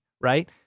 right